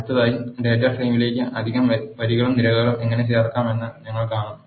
അടുത്തതായി ഡാറ്റാ ഫ്രെയിമിലേക്ക് അധിക വരികളും നിരകളും എങ്ങനെ ചേർക്കാമെന്ന് ഞങ്ങൾ കാണും